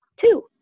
two